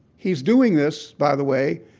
he's doing this, by the way,